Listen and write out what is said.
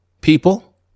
people